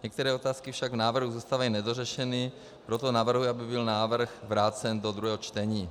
Některé otázky však v návrhu zůstaly nedořešeny, proto navrhuji, aby byl návrh vrácen do druhého čtení.